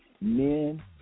men